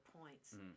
points